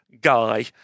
guy